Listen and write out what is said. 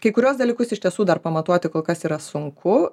kai kuriuos dalykus iš tiesų dar pamatuoti kol kas yra sunku